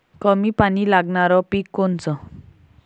कमी पानी लागनारं पिक कोनचं?